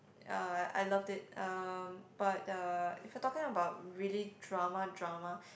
uh I I loved it uh but uh if you're talking about really drama drama